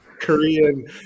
Korean